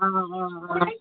ஆ ஆ ஆ